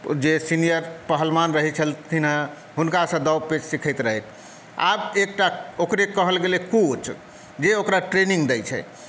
ओ जे सीनियर पहलवान रहै छलखिन हँ हुनकासँ दाँव पेंच सिखैत रहै आब एकटा ओकरे कहल गेलै कोच जे ओकरा ट्रेनिंग दै छै